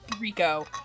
Rico